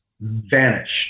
vanished